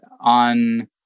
on